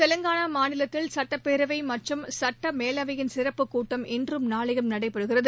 தெலங்கானா மாநிலத்தில் சட்டப்பேரவை மற்றும் சட்ட மேலவையின் சிறப்புக் கூட்டம் இன்றும் நாளையும் நடைபெறுகிறது